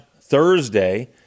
Thursday